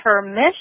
permission